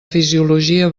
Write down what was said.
fisiologia